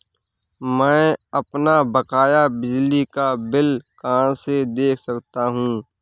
मैं अपना बकाया बिजली का बिल कहाँ से देख सकता हूँ?